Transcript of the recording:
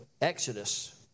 Exodus